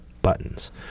buttons